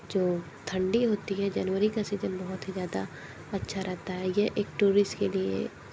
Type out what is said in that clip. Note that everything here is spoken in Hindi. जो ठंडी होती है जनवरी का सीज़न बहुत ही ज़्यादा अच्छा रहता है यह एक टूरिस्ट के लिए